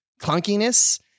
clunkiness